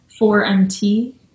4MT